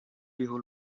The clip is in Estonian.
juhul